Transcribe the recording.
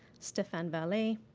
stephane vallee,